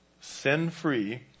sin-free